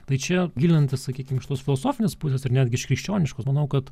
tai čia gilintis sakykim iš tos filosofinės pusės ir netgi iš krikščioniškos manau kad